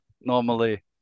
normally